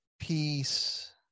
Peace